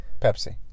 Pepsi